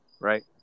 Right